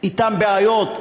אתם בעיות,